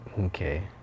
okay